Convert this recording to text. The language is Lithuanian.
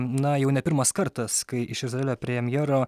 na jau ne pirmas kartas kai iš izraelio premjero